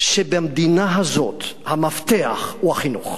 שבמדינה הזאת המפתח הוא החינוך.